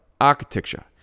architecture